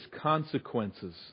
consequences